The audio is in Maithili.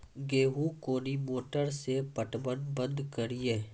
गेहूँ कोनी मोटर से पटवन बंद करिए?